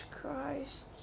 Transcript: Christ